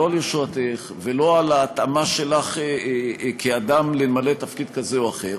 לא על יושרתך ולא על ההתאמה שלך כאדם למלא תפקיד כזה או אחר.